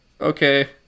okay